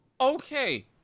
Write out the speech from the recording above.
Okay